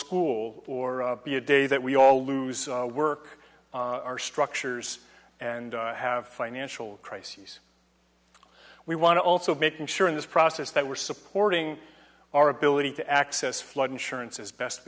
school or be a day that we all lose work our structures and have financial crises we want to also making sure in this process that we're supporting our ability to access flood insurance as best